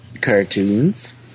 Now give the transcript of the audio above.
cartoons